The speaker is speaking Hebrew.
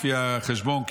לפי החשבון,